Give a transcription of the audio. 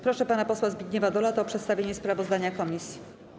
Proszę pana posła Zbigniewa Dolatę o przedstawienie sprawozdania komisji.